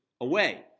away